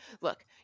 look